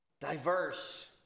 Diverse